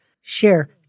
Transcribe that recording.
Share